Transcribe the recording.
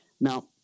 Now